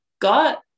got